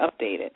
updated